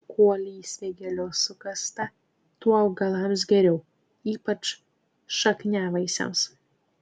kuo lysvė giliau sukasta tuo augalams geriau ypač šakniavaisiams